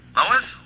Lois